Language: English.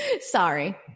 Sorry